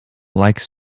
like